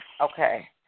Okay